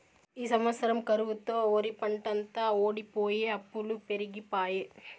ఈ సంవత్సరం కరువుతో ఒరిపంటంతా వోడిపోయె అప్పులు పెరిగిపాయె